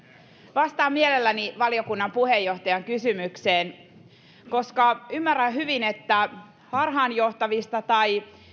vastaan mielelläni valiokunnan puheenjohtajan kysymykseen koska ymmärrän hyvin että harhaanjohtavista tai